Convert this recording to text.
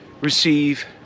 receive